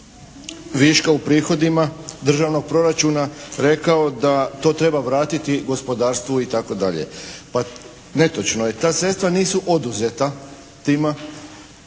viška u prihodima državnog proračuna rekao da to treba vratiti gospodarstvu itd. Pa netočno je. Ta sredstva nisu oduzeta tima